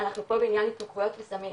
אנחנו פה בעניין שהוא כמו סמים,